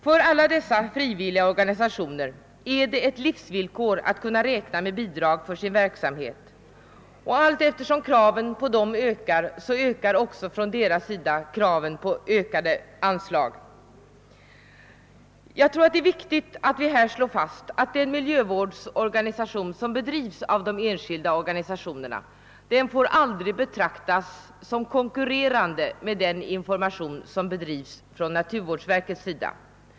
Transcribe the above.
För alla dessa frivilliga organisationer är det ett livsvillkor att erhålla bidrag till sin verksamhet, och allteftersom kraven på dem ökar, ökar också organisationernas krav på större anslag. Jag tror det är viktigt att här slå fast att den miljövårdsinformation som bedrivs av de enskilda organisationerna aldrig får betraktas som konkurrerande med den information som bedrivs av naturvårdsverket.